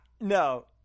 no